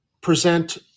present